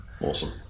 Awesome